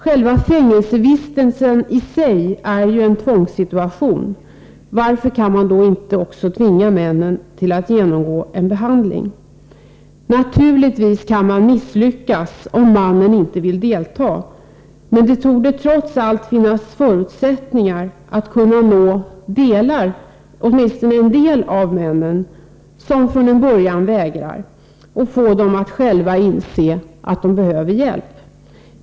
Själva fängelsevistelsen i sig är ju en tvångssituation — varför kan man då inte tvinga männen att genomgå en behandling? Naturligtvis kan man misslyckas, om mannen inte vill delta, men det torde trots allt finnas förutsättningar att nå åtminstone vissa av de män som från början vägrar och få dem att själva inse att de behöver hjälp.